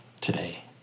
today